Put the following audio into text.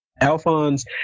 Alphonse